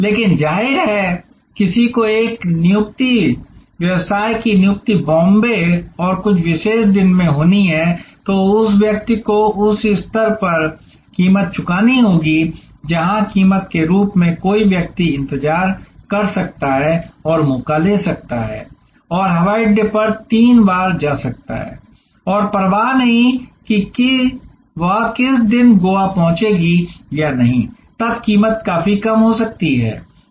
लेकिन जाहिर है किसी को एक नियुक्ति व्यवसाय की नियुक्ति बॉम्बे और कुछ विशेष दिन में होनी है तो उस व्यक्ति को इस स्तर पर कीमत चुकानी होगी जहां कीमत के रूप में कोई व्यक्ति इंतजार कर सकता है और मौका ले सकता है और हवाई अड्डे पर तीन बार जा सकता है और परवाह नहीं है कि वह किस दिन गोवा पहुंचेगी या नहीं तब कीमत काफी कम हो सकती है